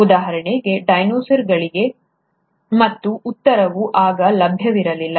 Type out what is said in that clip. ಉದಾಹರಣೆಗೆ ಡೈನೋಸಾರ್ಗಳಿಗೆ ಮತ್ತು ಉತ್ತರವು ಆಗ ಲಭ್ಯವಿರಲಿಲ್ಲ